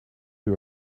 you